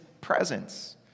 presence